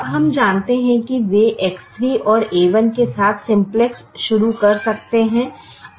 अब हम जानते हैं कि वे X3 और a1 के साथ सिंप्लेक्स शुरू कर सकते हैं